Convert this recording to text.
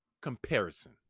comparison